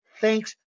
Thanks